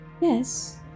yes